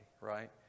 right